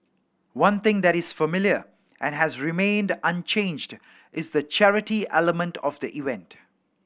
one thing that is familiar and has remained unchanged is the charity element of the event